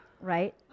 right